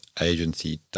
agency